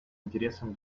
интересам